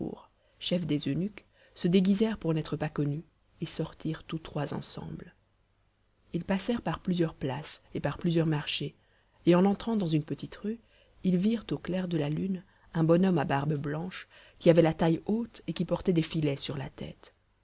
chef des eunuques se déguisèrent pour n'être pas connus et sortirent tous trois ensemble ils passèrent par plusieurs places et par plusieurs marchés et en entrant dans une petite rue ils virent au clair de la lune un bon homme à barbe blanche qui avait la taille haute et qui portait des filets sur sa tête